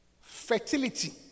Fertility